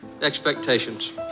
expectations